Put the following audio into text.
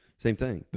same thing.